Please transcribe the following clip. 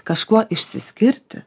kažkuo išsiskirti